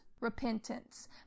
repentance